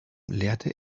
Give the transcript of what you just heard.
lehrte